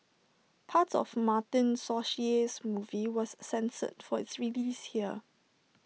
parts of Martin Scorsese's movie was censored for its release here